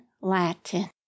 Latin